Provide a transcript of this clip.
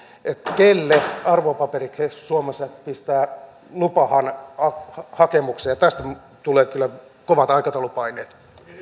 kelle arvopaperikeskus suomessa pistää lupahakemuksen tästä tulee kyllä kovat aikataulupaineet ministeri